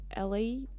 LA